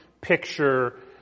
picture